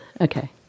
Okay